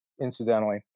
incidentally